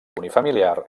unifamiliar